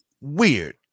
weird